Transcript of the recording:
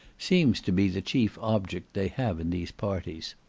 seem to be the chief object they have in these parties.